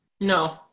No